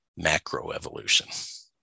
macroevolution